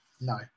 no